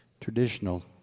traditional